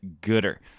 Gooder